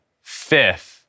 fifth